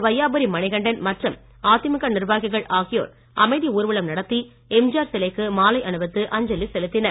வையாபுரி மணிகண்டன் மற்றும் அதிமுக நிர்வாகிகள் ஆகியோர் அமைதி ஊர்வலம் நடத்தி எம்ஜிஆர் சிலைக்கு மாலை அணிவித்து அஞ்சலி செலுத்தினர்